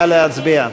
נא להצביע.